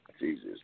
Jesus